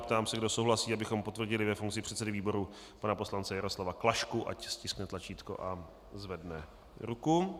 Ptám se, kdo souhlasí, abychom potvrdili ve funkci předsedy výboru pana poslance Jaroslava Klašku, ať stiskne tlačítko a zvedne ruku.